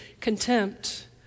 contempt